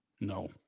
No